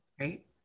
right